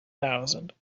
thousand